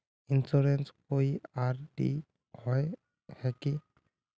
Insurance कोई ID होय है की?